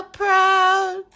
proud